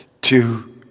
two